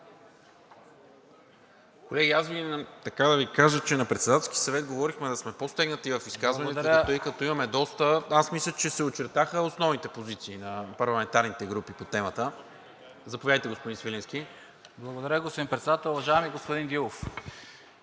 Благодаря Ви, господин Председател. Уважаеми господин Дилов,